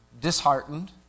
disheartened